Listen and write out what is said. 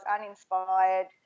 uninspired